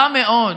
רע מאוד.